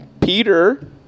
Peter